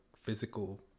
physical